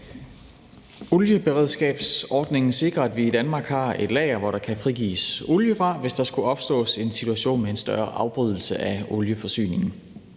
Olieberedskabsordningen sikrer, at vi i Danmark har et lager, som der kan frigives olie fra, hvis der skulle opstå en situation med en større afbrydelse af olieforsyningen.